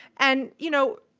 and, you know,